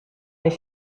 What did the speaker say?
ich